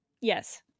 Yes